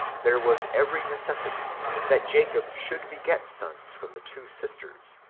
there was every necessity that jacob should beget sons from the two sisters,